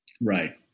Right